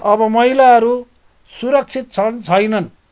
अब महिलाहरू सुरक्षित छन् छैनन्